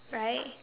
right